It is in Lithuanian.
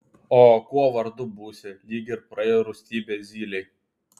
o kuo vardu būsi lyg ir praėjo rūstybė zylei